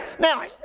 Now